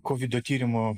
kovido tyrimo